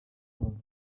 babo